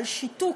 על שיתוק,